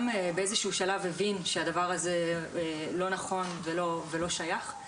באיזשהו שלב אברהם הבין שהדבר הזה לא נכון ולא שייך.